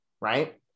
right